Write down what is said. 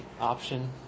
option